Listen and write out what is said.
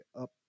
up